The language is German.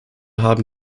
haben